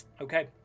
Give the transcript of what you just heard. Okay